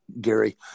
gary